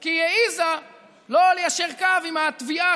כי היא העזה לא ליישר קו עם התביעה,